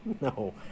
No